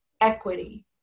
equity